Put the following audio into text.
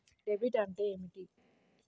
Debit అంటే ఏమిటి?